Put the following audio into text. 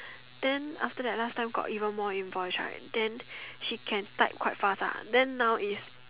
then after that last time got even more invoice right then she can type quite fast ah then now is